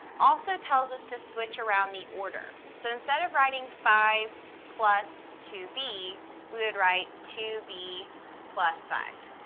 also tells us to switch around the order. so, instead of writing five plus two b we would write two b plus five.